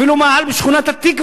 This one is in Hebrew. אפילו מאהל בשכונת-התקווה,